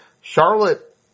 Charlotte